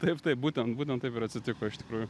taip taip būtent būtent taip ir atsitiko iš tikrųjų